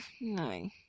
No